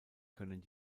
können